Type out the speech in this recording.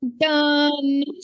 done